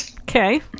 Okay